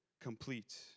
complete